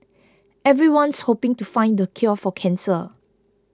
everyone's hoping to find the cure for cancer